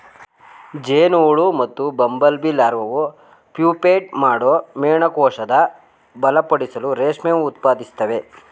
ಜೇನುಹುಳು ಮತ್ತುಬಂಬಲ್ಬೀಲಾರ್ವಾವು ಪ್ಯೂಪೇಟ್ ಮಾಡೋ ಮೇಣದಕೋಶನ ಬಲಪಡಿಸಲು ರೇಷ್ಮೆ ಉತ್ಪಾದಿಸ್ತವೆ